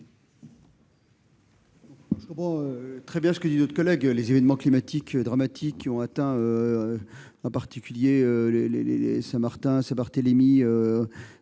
Je comprends très bien le propos de notre collègue : les événements climatiques dramatiques qui ont atteint, en particulier, Saint-Martin et Saint-Barthélemy